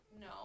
No